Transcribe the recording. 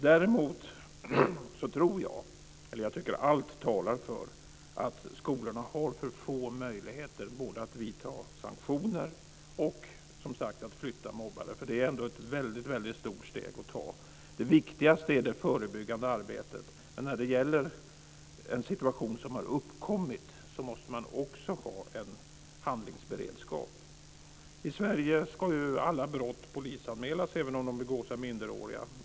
Däremot tycker jag att allt talar för att skolorna har för få möjligheter både att vidta sanktioner och att flytta mobbare. Det är ändå ett väldigt stort steg att ta. Det viktigaste är det förebyggande arbetet, men när det gäller en situation som redan har uppkommit måste man också ha en handlingsberedskap. I Sverige ska alla brott polisanmälas, även om de begås av minderåriga.